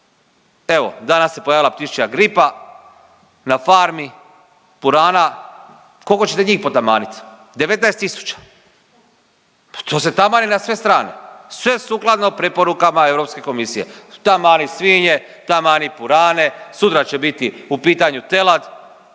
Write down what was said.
Evo danas se pojavila ptičja gripa na farmi purana, kolko ćete njih potamanit? 19.000. Pa to se tamani na sve strane, sve sukladno preporukama Europske komisije, tamani svinje, tamani purane, sutra će biti u pitanju telad,